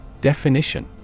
Definition